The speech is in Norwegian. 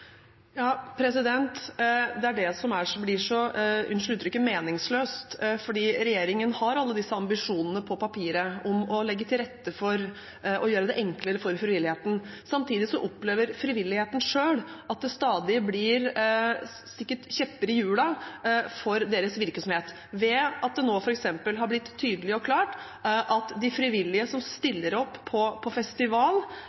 Det er det som blir så – unnskyld uttrykket – meningsløst, fordi regjeringen har alle disse ambisjonene på papiret om å legge til rette for å gjøre det enklere for frivilligheten. Samtidig opplever frivilligheten selv at det stadig blir stukket kjepper i hjulene for deres virksomhet ved at det nå f.eks. har blitt tydelig og klart at de frivillige som